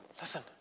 Listen